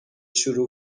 شروع